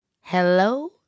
Hello